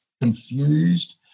confused